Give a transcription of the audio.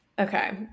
Okay